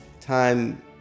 time